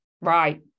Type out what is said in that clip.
Right